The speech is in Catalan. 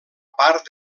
part